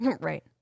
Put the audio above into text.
Right